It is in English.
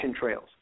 trails